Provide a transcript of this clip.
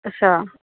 अछा